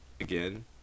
again